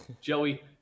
Joey